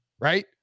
right